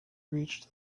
reached